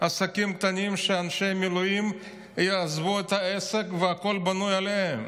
עסקים קטנים שבהם אנשי המילואים עזבו את העסק והכול בנוי עליהם.